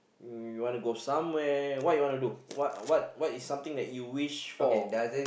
you want to go somewhere what you want to do what what what is something that you wish for